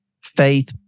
faith